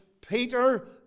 Peter